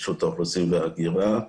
ראשות האוכלוסין וההגירה.